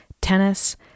tennis